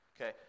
Okay